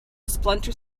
splinter